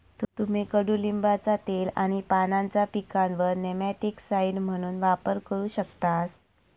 तुम्ही कडुलिंबाचा तेल आणि पानांचा पिकांवर नेमॅटिकसाइड म्हणून वापर करू शकतास